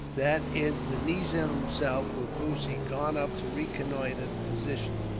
that is the nizam himself, with bussy, gone up to reconnoitre the position.